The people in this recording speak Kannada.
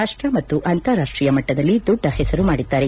ರಾಷ್ವ ಮತ್ತು ಅಂತಾರಾಷ್ಟೀಯ ಮಟ್ಟದಲ್ಲಿ ದೊಡ್ಡ ಹೆಸರು ಮಾಡಿದ್ದಾರೆ